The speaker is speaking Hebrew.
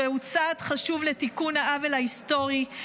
זהו צעד חשוב לתיקון העוול ההיסטורי,